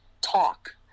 talk